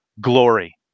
glory